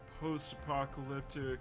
post-apocalyptic